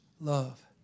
love